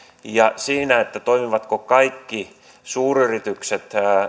siinä toimivatko kaikki suuryritykset